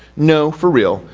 no, for real.